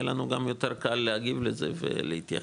יהיה לנו גם יותר קל להגיב לזה ולהתייחס